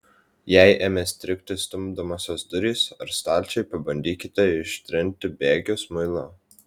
jei ėmė strigti stumdomosios durys ar stalčiai pabandykite ištrinti bėgius muilu